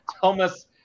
Thomas